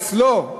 אצלו,